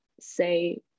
say